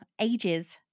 ages